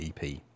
ep